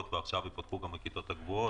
ועכשיו ייפתחו גם הכיתות הגבוהות,